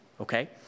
Okay